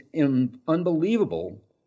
unbelievable